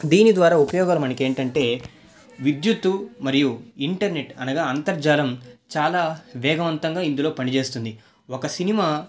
దీని ద్వారా ఉపయోగాలు మనకు ఏంటంటే విద్యుత్తు మరియు ఇంటర్నెట్ అనగా అంతర్జాలం చాలా వేగవంతంగా ఇందులో పనిచేస్తుంది ఒక సినిమా